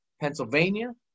Pennsylvania